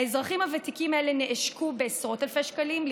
האזרחים הוותיקים האלה נעשקו בעשרות אלפי שקלים,